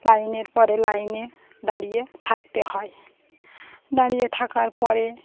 লাইনের পরে লাইনে দাঁড়িয়ে থাকতে হয় দাঁড়িয়ে থাকার পরে